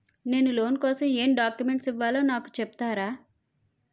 నేను లోన్ కోసం ఎం డాక్యుమెంట్స్ ఇవ్వాలో నాకు చెపుతారా నాకు చెపుతారా?